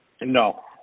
No